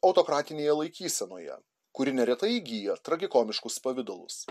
autokratinėje laikysenoje kuri neretai įgyja tragikomiškus pavidalus